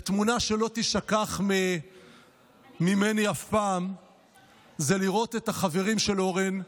ותמונה שלא תישכח ממני אף פעם היא החברים של אורן,